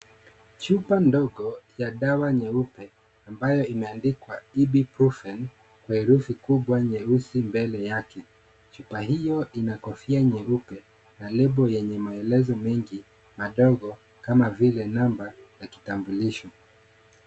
Chupa ndogo ya dawa nyeupe ambayo imeandika Ibuprofen kwa herufi kubwa nyeusi mbele yake, chupa hiyo ina kofia nyeupe na label yenye maelezo mengi madogo kama vile namba ya kitambulisho.